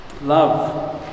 Love